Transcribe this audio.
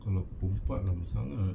kalau pukul empat ada masalah